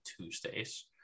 Tuesdays